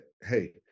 hey